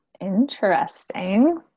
interesting